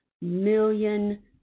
million